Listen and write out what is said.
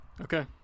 Okay